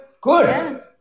Good